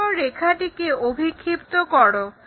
এরপর রেখাটিকে অভিক্ষিপ্ত করো